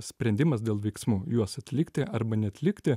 sprendimas dėl veiksmų juos atlikti arba neatlikti